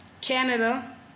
Canada